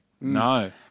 No